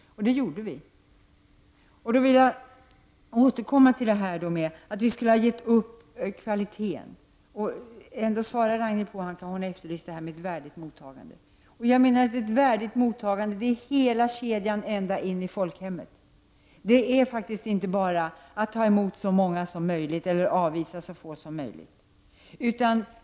Det gjorde vi, och då vill jag återkomma till talet om att vi borde ha gett upp kvaliteten. Ändå efterlyser Ragnhild Pohanka ett värdigt mottagande. Jag menar att ett värdigt mottagande är hela kedjan ända in i folkhemmet. Det är faktiskt inte bara att ta emot så många som möjligt eller avvisa så få som möjligt.